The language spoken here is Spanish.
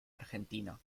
argentina